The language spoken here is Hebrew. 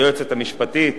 היועצת המשפטית